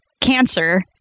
cancer